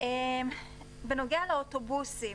בנוגע לאוטובוסים